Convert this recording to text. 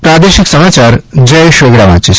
પ્રાદેશિક સમાચાર જયેશ વેગડા વાંચે છે